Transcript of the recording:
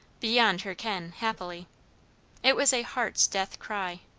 beyond her ken, happily it was a heart's death-cry.